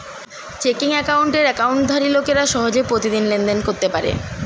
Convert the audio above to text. checking অ্যাকাউন্টের অ্যাকাউন্টধারী লোকেরা সহজে প্রতিদিন লেনদেন করতে পারে